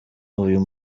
uyu